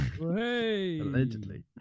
Allegedly